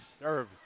serve